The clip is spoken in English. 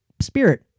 spirit